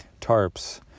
tarps